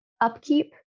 upkeep